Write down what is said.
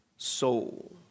Soul